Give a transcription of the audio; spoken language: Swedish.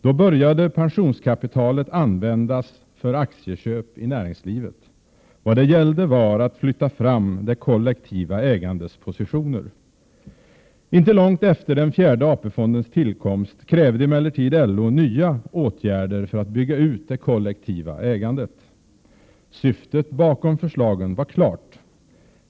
Då började pensionskapitalet användas för aktieköp i näringslivet. Vad det gällde var att flytta fram det kollektiva ägandets positioner. Inte långt efter den fjärde AP-fondens tillkomst krävde emellertid LO nya åtgärder för att bygga ut det kollektiva ägandet. Syftet bakom förslagen var klart.